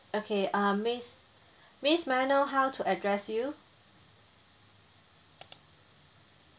okay uh miss miss may I know how to address you